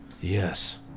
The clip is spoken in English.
Yes